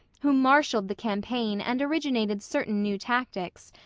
who marshalled the campaign and originated certain new tactics,